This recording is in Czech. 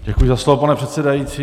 Děkuji za slovo, pane předsedající.